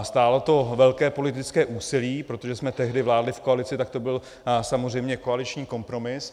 Stálo to velké politické úsilí, protože jsme tehdy vládli v koalici, tak to byl samozřejmě koaliční kompromis.